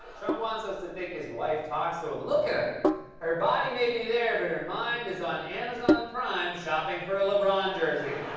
trump wants us to think his wife talks to him. look at her. her body may be there, but her mind is on amazon prime shopping for a lebron jersey.